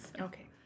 Okay